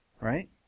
right